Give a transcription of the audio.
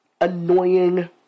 annoying